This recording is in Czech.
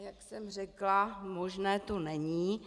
Jak už jsem řekla, možné to není.